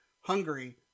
Hungary